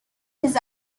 his